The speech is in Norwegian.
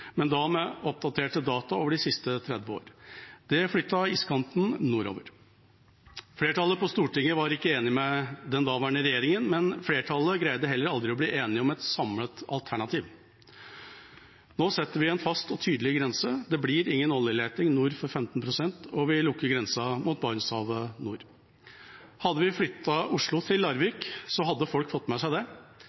men da med oppdaterte data over de siste 30 år. Det flyttet iskanten nordover. Flertallet på Stortinget var ikke enig med den daværende regjeringa, men flertallet greide heller aldri å bli enige om et samlet alternativ. Nå setter vi en fast og tydelig grense. Det blir ingen oljeleting nord for 15 pst., og vi lukker grensa mot Barentshavet nord. Hadde vi flyttet Oslo til Larvik, hadde folk fått med seg det. I fysisk avstand er det vel 130 km. På det